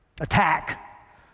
attack